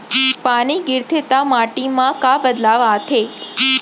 पानी गिरथे ता माटी मा का बदलाव आथे?